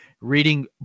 Reading